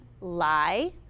lie